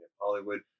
Hollywood